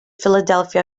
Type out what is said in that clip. philadelphia